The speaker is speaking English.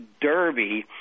Derby